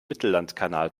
mittellandkanal